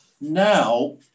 Now